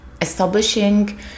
establishing